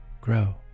grow